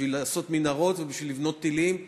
בשביל לעשות מנהרות ובשביל לבנות טילים,